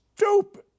Stupid